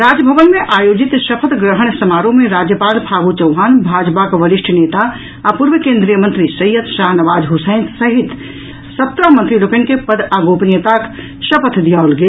राजभवन मे आयोजित शपथ ग्रहण समारोह मे राज्यपाल फागू चौहान भाजपाक वरिष्ठ नेता आ पूर्व केन्द्रीय मंत्री सैयद शाहनवाज हुसैन सहित सत्रह मंत्री लोकनि के पद आ गोपनीयताक शपथ दियाओल गेल